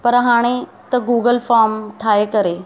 पर हाणे त गूगल फ़ॉम ठाहे करे